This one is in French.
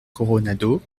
coronado